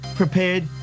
Prepared